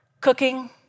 Cooking